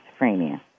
schizophrenia